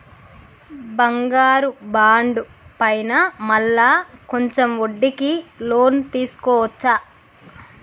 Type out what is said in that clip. బంగారు బాండు పైన మళ్ళా కొంచెం వడ్డీకి లోన్ తీసుకోవచ్చా?